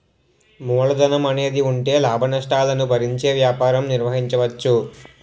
మూలధనం అనేది ఉంటే లాభనష్టాలను భరించే వ్యాపారం నిర్వహించవచ్చు